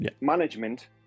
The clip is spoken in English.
Management